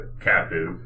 captive